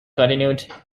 continued